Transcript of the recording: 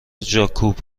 جاکوب